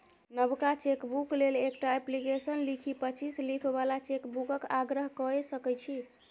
नबका चेकबुक लेल एकटा अप्लीकेशन लिखि पच्चीस लीफ बला चेकबुकक आग्रह कए सकै छी